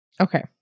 Okay